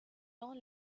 dans